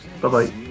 Bye-bye